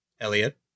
Elliot